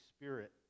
Spirit